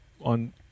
on